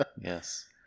yes